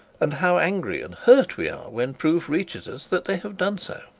and how angry and hurt we are when proof reaches us that they have done so.